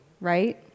right